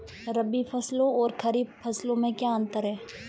रबी फसलों और खरीफ फसलों में क्या अंतर है?